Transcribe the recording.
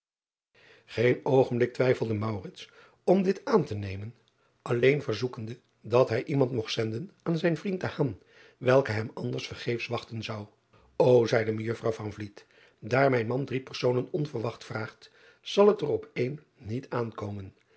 een oogenblik twijfelde om dit aan te nemen alleen verzoekende dat bij iemand mogt zenden aan zijn vriend welke hem anders vergeefs wachten zou o zeide ejuffr daar mijn man drie personen onverwacht vraagt zal driaan oosjes zn et leven van aurits ijnslager het er op één niet aankomen